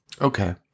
Okay